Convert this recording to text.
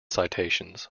citations